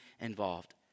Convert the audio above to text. involved